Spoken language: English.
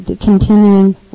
continuing